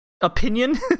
opinion